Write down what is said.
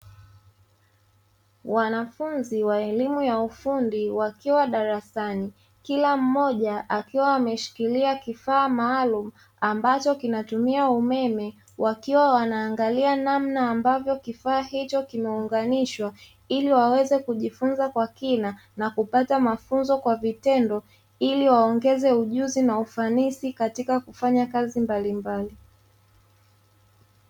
Wanafunzi wa elimu ya ufundi wakiwa darasani, kila mmoja akiwa ameshikilia kifaa maalumu ambacho kinatumia umeme, wakiwa wanaangalia namna ambavyo kifaa hicho kimeunganishwa ili waweze kujifunza kwa kina na kupata mafunzo kwa vitendo, ili waongeze ujuzi na ufanisi katika kufanya kazi mbalimbali.